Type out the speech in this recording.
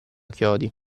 chiodi